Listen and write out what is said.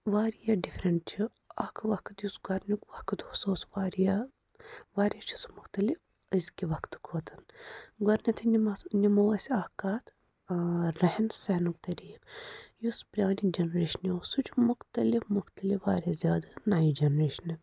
واریاہ ڈِفرَنٛٹ چھِ اَکھ وَقت یُس گۄڈنؠُک وَقت اوس سُہ اوس واریاہ واریاہ چھُ سُہ مُختِلِف أزۍکہِ وَقتہٕ کھۄتہٕ گۄڈنؠتھٕے نِم نِمو أسۍ اَکھ کَتھ رَہن سہنُک طریٖقہٕ یُس پرٛانہِ جَنٛریشنہِ اوس سُہ چھُ مُختِلِف مُختِلِف واریاہ زیادٕ نَیہِ جَنٛریشنہِ